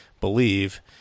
believe